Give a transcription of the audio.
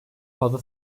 fazla